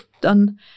Done